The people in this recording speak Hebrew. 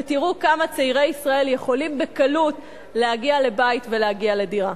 ותראו כמה צעירי ישראל יכולים בקלות להגיע לבית ולהגיע לדירה.